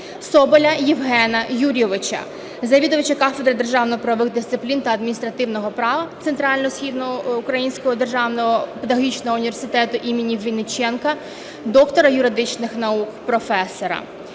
Соболя Євгена Юрійовича, завідувача кафедри державно-правових дисциплін та адміністративного права Центральноукраїнського державного педагогічного університету імені Винниченка, доктора юридичних наук, професора;